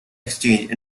exchange